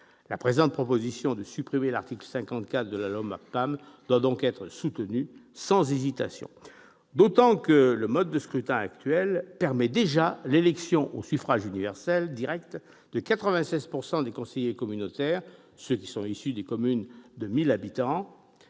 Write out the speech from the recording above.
La proposition de supprimer l'article 54 de la loi MAPTAM doit donc être soutenue sans hésitation, d'autant que le mode de scrutin actuel permet déjà l'élection au suffrage direct de 96 % des conseillers communautaires, ceux qui sont issus des communes de plus de 1 000 habitants.